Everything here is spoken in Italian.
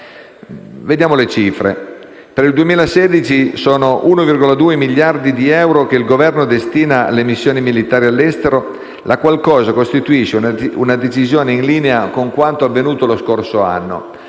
Vediamo le cifre. Per il 2016 sono 1,2 i miliardi di euro che il Governo destina alle missioni militari all'estero - la qual cosa costituisce una decisione in linea con quanto avvenuto lo scorso anno